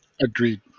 Agreed